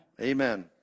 Amen